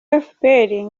efuperi